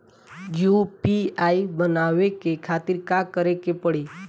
UPI बनावे के खातिर का करे के पड़ी?